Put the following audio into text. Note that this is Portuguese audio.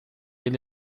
ele